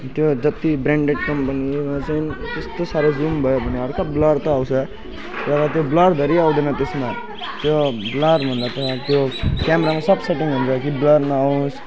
त्यो जति ब्रान्डेड कम्पनीहरूमा चाहिँ त्यस्तो साह्रो जुम भयो भने हल्का ब्लर त आउँछ र अब ब्लरधरि आउँदैन त्यसमा त्यो ब्लर भन्दा त त्यो क्यामरामा सब सेटिङ हुन्छ कि ब्लर नआओस्